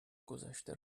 گذشته